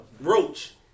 Roach